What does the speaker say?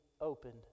opened